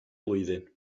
blwyddyn